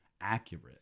accurate